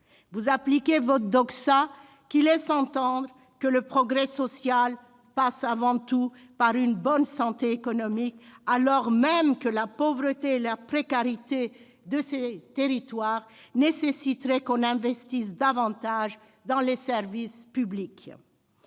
vous appliquez votre, qui laisse entendre que le progrès social passe avant tout par une bonne santé économique, alors même que la pauvreté et la précarité de ces territoires exigeraient que l'on investisse davantage dans les services publics.